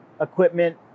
equipment